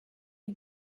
you